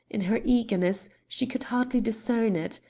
in her eagerness, she could hardly discern it,